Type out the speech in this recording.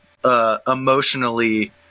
Emotionally